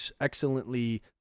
excellently